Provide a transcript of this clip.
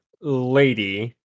lady